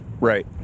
Right